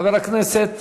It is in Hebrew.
חבר הכנסת